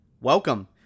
Welcome